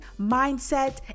mindset